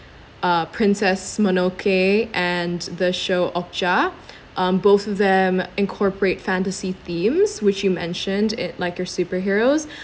uh princess mononoke and the show okja um both of them incorporate fantasy themes which you mentioned it like your superheros